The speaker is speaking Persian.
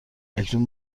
اکنون